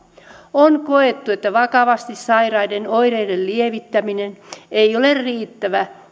on koettu että vakavasti sairaiden oireiden lievittäminen ei ole riittävää tai